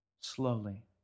Slowly